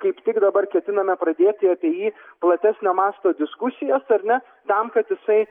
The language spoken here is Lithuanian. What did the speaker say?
kaip tik dabar ketiname pradėti apie jį platesnio masto diskusijas ar ne tam kad jisai